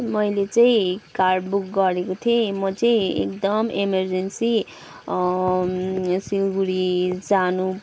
मैले चाहिँ car book गरेको थिएँ म चाहिँ एकदम एमरजेन्सी सिलगढी जानु